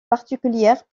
particulières